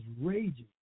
raging